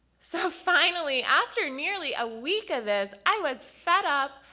so finally after nearly a week of this, i was fed up,